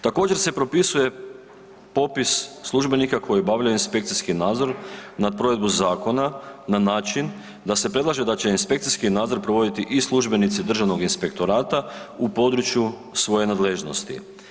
Također se propisuje popis službenika koji obavljaju inspekcijski nadzor nad provedbom zakona na način da se predlaže da će inspekciji nadzor provoditi i službenici Državnog inspektorata u području svoje nadležnosti.